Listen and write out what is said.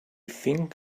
think